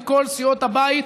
מכל סיעות הבית,